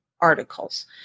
Articles